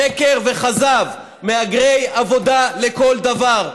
שקר וכזב, מהגרי עבודה לכל דבר.